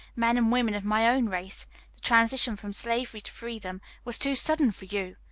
men and women of my own race the transition from slavery to freedom was too sudden for you!